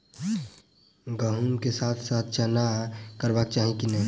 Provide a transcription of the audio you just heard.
गहुम केँ साथ साथ चना करबाक चाहि की नै?